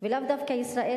ולאו דווקא ישראל,